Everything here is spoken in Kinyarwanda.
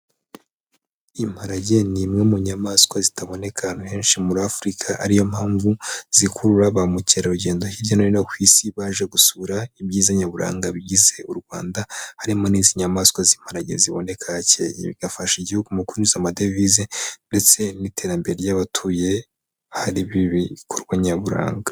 Imparage ni imwe mu nyamaswa zitaboneka ahantu henshi muri Afurika, ari yo mpamvu zikurura ba mukerarugendo hirya no hino ku isi baje gusura ibyiza nyaburanga bigize u Rwanda. Harimo n'izindi nyayamaswa z'imparage ziboneka, bigafasha igihugu mu kunoza amadevize ndetse n'iterambere ry'abatuye ahari ibi bikorwa nyaburanga.